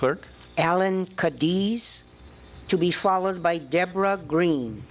clerk alan d s to be followed by deborah green